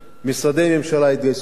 ומשרדי הממשלה התגייסו גם כן.